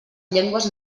llengües